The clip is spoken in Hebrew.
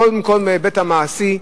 קודם כול מההיבט המעשי,